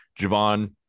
Javon